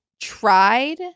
tried